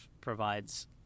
provides